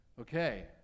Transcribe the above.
Okay